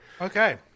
Okay